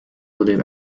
believe